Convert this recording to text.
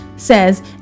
says